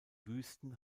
wüsten